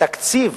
תקציב